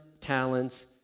talents